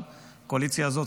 הקואליציה הזאת,